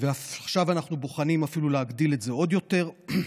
ועכשיו אנחנו בוחנים אפילו להגדיל את זה עוד יותר.